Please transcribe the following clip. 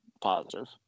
positive